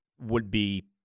would-be